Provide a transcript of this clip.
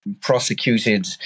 prosecuted